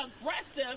aggressive